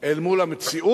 אל מול המציאות,